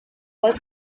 was